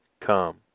come